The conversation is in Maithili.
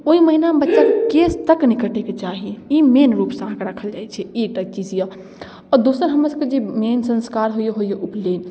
ओइ महीनामे बच्चाके केस तक नहि कटैके चाही ई मेन रूपसँ अहाँके राखल जाइ छै ई एकटा चीज यऽ आओर दोसर हमरा सभके जे मेन संस्कार होइए होइए उपनयन